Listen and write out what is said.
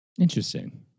Interesting